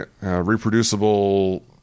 reproducible